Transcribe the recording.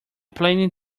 planning